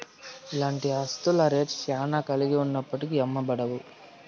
ఇలాంటి ఆస్తుల రేట్ శ్యానా కలిగి ఉన్నప్పటికీ అమ్మబడవు